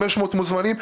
500 מוזמנים,